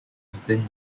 within